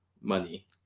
money